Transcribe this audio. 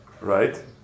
right